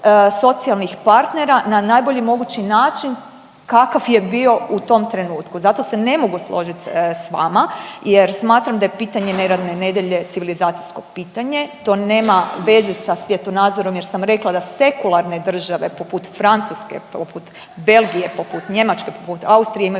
socijalnih partnera na najbolji mogući način kakav je bio u tom trenutku. Zato se ne mogu složit sa vama jer smatram da je pitanje neradne nedjelje civilizacijsko pitanje. To nema veze sa svjetonazorom, jer sam rekla da sekularne države poput Francuske, poput Belgije, poput Njemačke, poput Austrije imaju